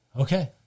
Okay